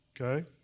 okay